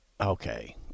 Okay